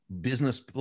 business